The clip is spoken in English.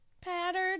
pattern